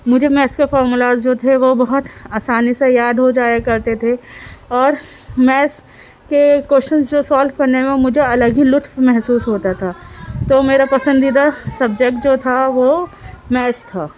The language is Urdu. مجھے میتھس کے فارمولاز جو تھے وہ بہت آسانی سے یاد ہو جایا کرتے تھے اور میتھس کے کوشچنز جو سالو کرنے میں مجھے الگ ہی لطف محسوس ہوتا تھا تو میرا پسندیدہ سبجیکٹ جو تھا وہ میتھس تھا